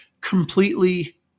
completely